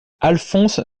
alphonse